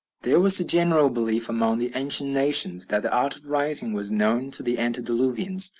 there was a general belief among the ancient nations that the art of writing was known to the antediluvians.